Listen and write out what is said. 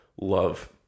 love